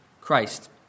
Christ